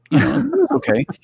okay